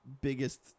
biggest